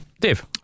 Dave